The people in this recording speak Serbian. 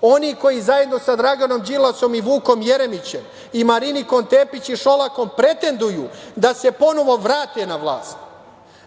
oni koji zajedno sa Draganom Đilasom, Vukom Jeremićem, Marinikom Tepić i Šolakom pretenduju da se ponovo vrate na vlast.